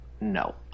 No